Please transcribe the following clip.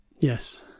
Yes